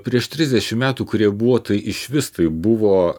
prieš trisdešimt metų kurie buvo tai išvis tai buvo